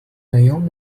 يوم